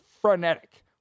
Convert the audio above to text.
frenetic